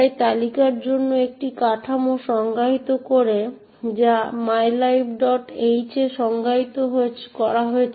এটি তালিকার জন্য একটি কাঠামো সংজ্ঞায়িত করে যা mylibh এ সংজ্ঞায়িত করা হয়েছে